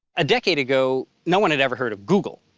a decade ago, no one had ever heard of google.